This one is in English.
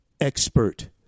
expert